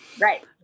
Right